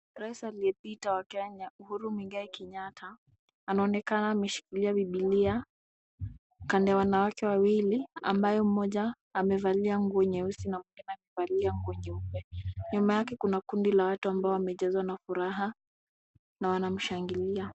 Rais aliyepita wa Kenya Uhuru Muigai Kenyatta anaonekana ameshikilia Bibilia kando ya wanawake wawili ambaye mmoja amevalia nguo nyeusi na mwingine amevalia nguo nyeupe. Nyuma yake kuna kundi la watu ambao wamejazwa na furaha na wanamshangilia.